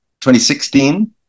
2016